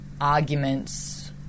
arguments